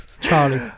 Charlie